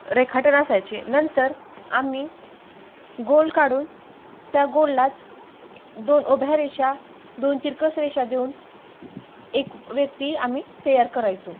रेखाटन असायचे नंतर आम्ही गोल काढून त्या गोलालाच दोन उभ्या रेषा दोन तीरकस रेषा देऊन एक व्यक्ती आम्ही तयार करायचो